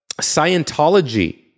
Scientology